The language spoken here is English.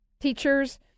Teachers